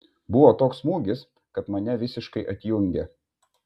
buvo toks smūgis kad mane visiškai atjungė